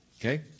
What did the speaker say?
Okay